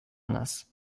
nas